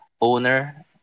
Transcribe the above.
owner